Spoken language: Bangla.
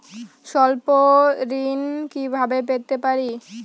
স্বল্প ঋণ কিভাবে পেতে পারি?